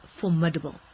formidable